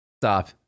stop